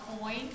coin